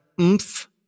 oomph